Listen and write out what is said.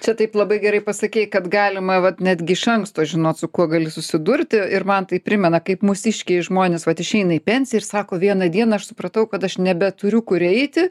čia taip labai gerai pasakei kad galima vat netgi iš anksto žinot su kuo gali susidurti ir man tai primena kaip mūsiškiai žmonės vat išeina į pensiją ir sako vieną dieną aš supratau kad aš nebeturiu kur eiti